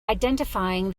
identifying